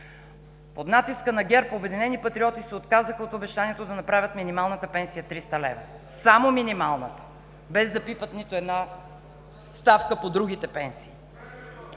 Под натиска на ГЕРБ „Обеднени патриоти“ се отказаха от обещанието да направят минималната пенсия 300 лв. – само минималната, без да пипат нито една ставка по другите пенсии!